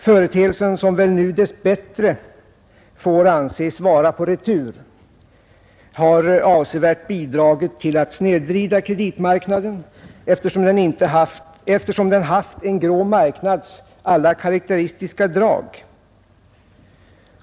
Företeelsen, som väl nu dess bättre får anses vara på retur, har avsevärt bidragit till att snedvrida kreditmarknaden, eftersom den haft en grå marknads alla karakteristiska drag.